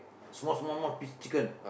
small small one piece chicken